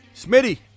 Smitty